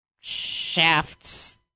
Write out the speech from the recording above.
shafts